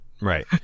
right